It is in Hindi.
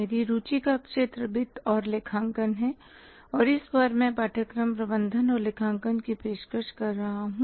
मेरी रुचि का क्षेत्र वित्त और लेखांकन है और इस बार मैं पाठ्यक्रम प्रबंधन और लेखांकन की पेशकश कर रहा हूं